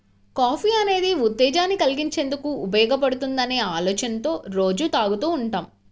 coffee అనేది ఉత్తేజాన్ని కల్గించేందుకు ఉపయోగపడుతుందనే ఆలోచనతో రోజూ తాగుతూ ఉంటాం